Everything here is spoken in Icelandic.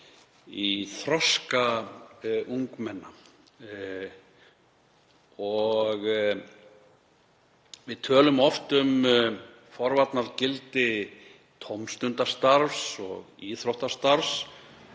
í þroska ungmenna. Við tölum oft um forvarnagildi tómstundastarfs og íþróttastarfs